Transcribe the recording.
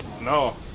No